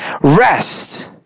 rest